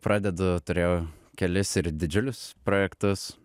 pradeduturiu kelis ir didžiulius projektus